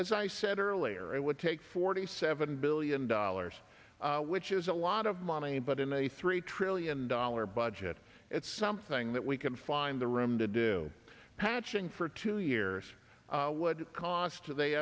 as i said earlier it would take forty seven billion dollars which is a lot of money but in a three trillion dollar budget it's something that we can find the room to do patching for two years would cost or they